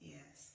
Yes